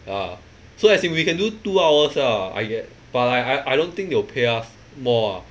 ah so as in we can do two hours ah I guess but I I I don't think they'll pay us more ah